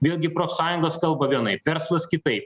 vėlgi profsąjungos kalba vienaip verslas kitaip